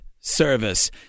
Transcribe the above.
service